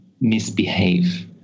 misbehave